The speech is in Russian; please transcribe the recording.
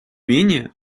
менее